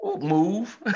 move